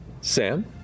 Sam